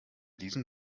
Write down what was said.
diesem